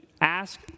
ask